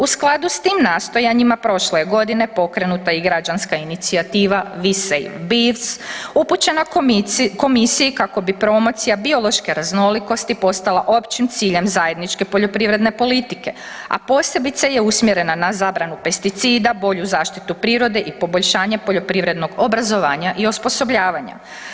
U skladu s time nastojanjima prošle je godine pokrenuta i građanska inicijativa ... upućena komisiji kako bi promocija biološke raznolikosti postala općim ciljem zajedničke poljoprivredne politike a posebice je usmjerena na zabranu pesticida, bolju zaštitu prirode i poboljšanje poljoprivrednog obrazovanja i osposobljavanja.